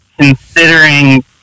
considering